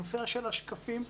נושא השקפים.